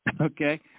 Okay